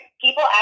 people